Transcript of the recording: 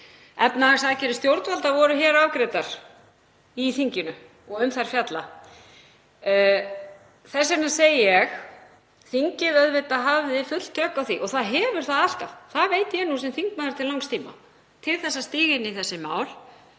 Efnahagsaðgerðir stjórnvalda voru hér afgreiddar í þinginu og um þær fjallað. Þess vegna segi ég að þingið hafði auðvitað full tök á því, og hefur það alltaf, það veit ég sem þingmaður til langs tíma, að stíga inn í þessi mál.